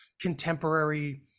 contemporary